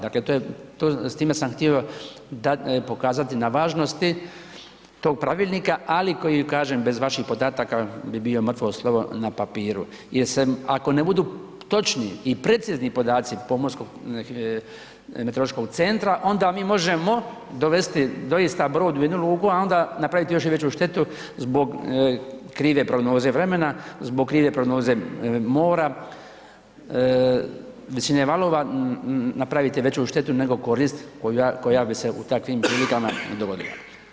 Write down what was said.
Dakle s time sam htio pokazati na važnosti tog pravilnika ali koji kažem bez vaših podataka bi bio mrtvo slovo na papiru jer se ako ne budu točni i precizni podaci pomorskog meteorološkog centra onda mi možemo dovesti doista brod u jednu luku a onda napraviti još i veću štetu zbog krive prognoze vremena, zbog krive prognoze mora, visine valova napraviti veću štetu nego korist koja bi se u takvim prilikama dogodila.